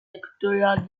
equatorial